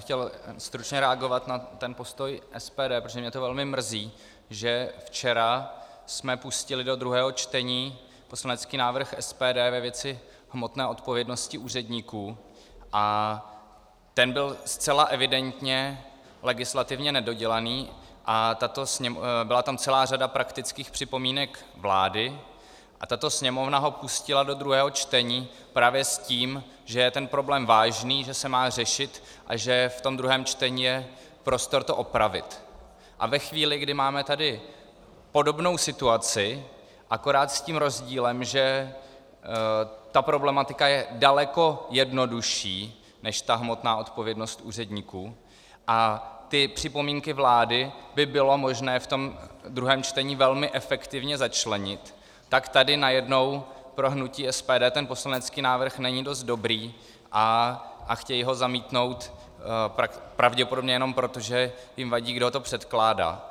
Chtěl jsem stručně reagovat na postoj SPD, protože mě to velmi mrzí, že včera jsme pustili do druhého čtení poslanecký návrh SPD ve věci hmotné odpovědnosti úředníků a ten byl zcela evidentně legislativně nedodělaný a byla tam celá řada praktických připomínek vlády, a tato Sněmovna ho pustila do druhého čtení právě s tím, že je ten problém vážný, že se má řešit a že ve druhém čtení je prostor to opravit, a ve chvíli, kdy máme tady podobnou situaci, akorát s tím rozdílem, že ta problematika je daleko jednodušší než hmotná odpovědnost úředníků a připomínky vlády by bylo možné v tom druhém čtení velmi efektivně začlenit, tak tady najednou pro hnutí SPD ten poslanecký návrh není dost dobrý a chtějí ho zamítnout pravděpodobně jenom proto, že jim vadí, kdo to předkládá.